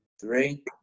Three